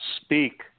speak